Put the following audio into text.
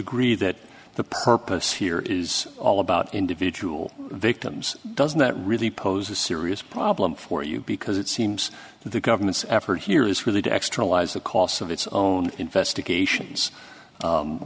agree that the purpose here is all about individual victims does not really pose a serious problem for you because it seems the government's effort here is really to extra lives the costs of its own investigations